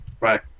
Right